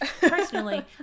personally